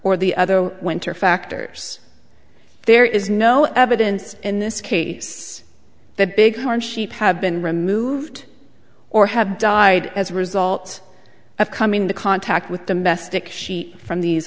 or the other winter factors there is no evidence in this case the big horn sheep have been removed or have died as a result of coming into contact with domestic sheep from these